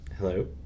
Hello